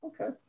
okay